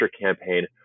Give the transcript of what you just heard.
campaign